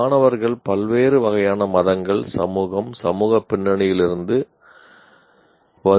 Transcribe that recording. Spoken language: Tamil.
மாணவர்கள் பல்வேறு வகையான மதங்கள் சமூகம் சமூக பின்னணியிலிருந்து வருகிறார்கள்